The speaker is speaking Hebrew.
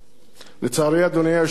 לצערי, אדוני היושב-ראש,